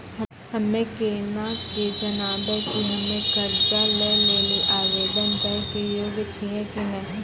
हम्मे केना के जानबै कि हम्मे कर्जा लै लेली आवेदन दै के योग्य छियै कि नै?